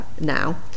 now